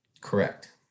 Correct